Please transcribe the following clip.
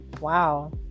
Wow